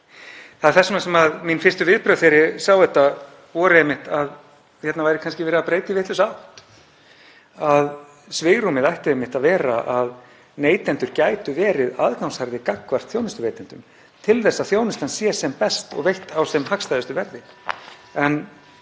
Það er þess vegna sem mín fyrstu viðbrögð þegar ég sá þetta voru einmitt að þarna væri verið að breyta í vitlausa átt, að svigrúmið ætti einmitt að vera að neytendur gætu verið aðgangsharðir gagnvart þjónustuveitendum til þess að þjónustan sé sem best og veitt (Forseti hringir.) á sem hagstæðustu verði.